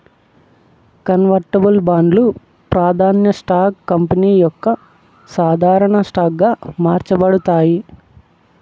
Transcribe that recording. convertible బాండ్లు, ప్రాదాన్య stocks company యొక్క సాధారన స్టాక్ గా మార్చబడతాయి